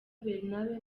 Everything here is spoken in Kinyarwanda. bernabe